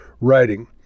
writing